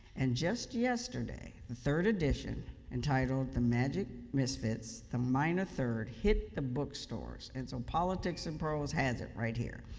and just yesterday, the third edition entitled the magic misfits, the minor third, hit the bookstores. and so, politics and prose has it right here.